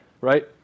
Right